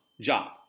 job